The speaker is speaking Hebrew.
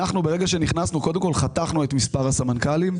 כאשר נכנסנו קודם כול חתכנו את מספר הסמנכ"לים.